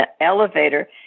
elevator